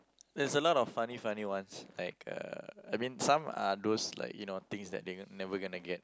there's a lot of funny funny ones like uh I mean some are those like you know things that they never gonna get